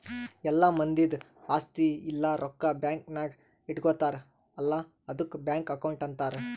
ಎಲ್ಲಾ ಮಂದಿದ್ ಆಸ್ತಿ ಇಲ್ಲ ರೊಕ್ಕಾ ಬ್ಯಾಂಕ್ ನಾಗ್ ಇಟ್ಗೋತಾರ್ ಅಲ್ಲಾ ಆದುಕ್ ಬ್ಯಾಂಕ್ ಅಕೌಂಟ್ ಅಂತಾರ್